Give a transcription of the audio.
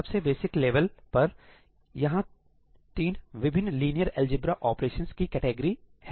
सबसे basic level पर यहां 3 विभिन्न लिनियर अलजेब्रा ऑपरेशंस की कैटेगरी है